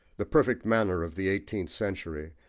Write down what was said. the perfect manner of the eighteenth century,